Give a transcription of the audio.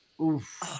Oof